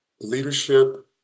leadership